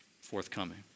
forthcoming